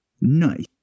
Nice